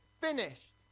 finished